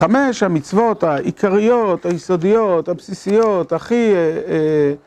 חמש המצוות העיקריות, היסודיות, הבסיסיות, הכי אה אה